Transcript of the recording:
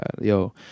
yo